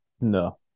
No